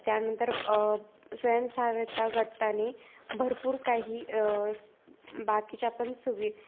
त्यानंतर स्वयं सहाय्यता गटाने भरपूर काही बाकीच्या पण सुविधा